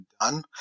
done